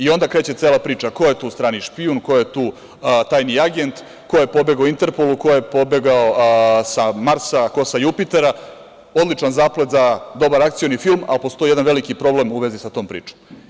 Onda kreće cela priča ko je tu strani špijun, ko je tu tajni agent, ko je pobegao Interpolu, ko je pobegao sa Marsa, ko sa Jupitera, odličan zaplet za dobar akcioni film, ali postoji jedan veliki problem u vezi sa tom pričom.